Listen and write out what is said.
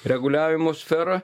reguliavimo sferą